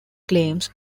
claims